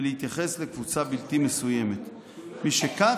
ולהתייחס לקבוצה בלתי מסוימת --- משכך,